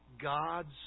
God's